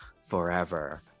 forever